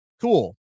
cool